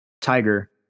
Tiger